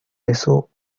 eso